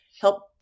help